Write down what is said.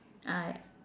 ah